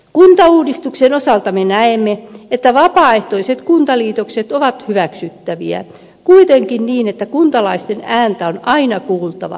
kuntauudistuksen osalta me näemme että vapaaehtoiset kuntaliitokset ovat hyväksyttäviä kuitenkin niin että kuntalaisten ääntä on aina kuultava